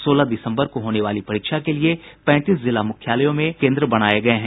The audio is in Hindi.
सोलह दिसम्बर को होने वाली परीक्षा के लिए पैंतीस जिला मुख्यालयों में केन्द्र बनाये गये हैं